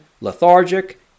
lethargic